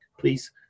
please